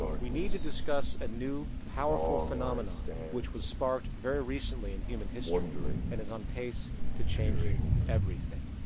we need to discuss a new, powerful phenomenon which was sparked very recently in human history and is on pace to changing everything.